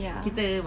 ya